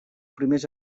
primers